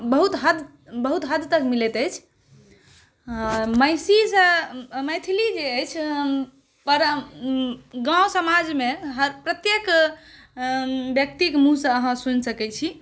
बहुत हद बहुत हद तक मिलैत अछि महिषीसँ मैथिली जे अछि पर गाँव समाजमे प्रत्येक व्यक्तिक मुहँसँ अहाँ सुनि सकैत छी